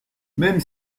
même